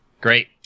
Great